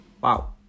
Wow